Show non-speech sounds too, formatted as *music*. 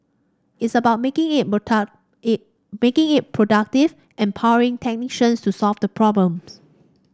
it's about making it more *unintelligible* it making it productive and empowering technicians to solve the problems